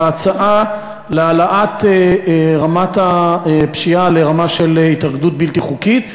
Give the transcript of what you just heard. להצעה להעלאת רמת הפשיעה לרמה של התאגדות בלתי חוקית,